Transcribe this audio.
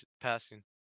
passing